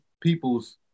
people's